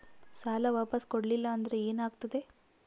ಸಾಲ ವಾಪಸ್ ಕೊಡಲಿಲ್ಲ ಅಂದ್ರ ಏನ ಆಗ್ತದೆ?